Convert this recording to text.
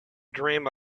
dream